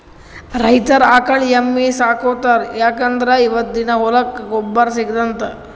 ರೈತರ್ ಆಕಳ್ ಎಮ್ಮಿ ಸಾಕೋತಾರ್ ಯಾಕಂದ್ರ ಇವದ್ರಿನ್ದ ಹೊಲಕ್ಕ್ ಗೊಬ್ಬರ್ ಸಿಗ್ತದಂತ್